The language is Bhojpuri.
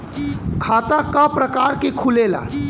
खाता क प्रकार के खुलेला?